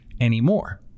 anymore